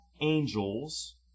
angels